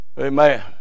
Amen